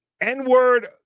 N-word